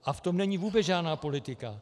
A v tom není vůbec žádná politika.